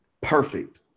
perfect